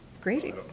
great